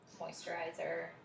moisturizer